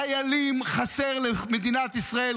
חיילים חסרים למדינת ישראל,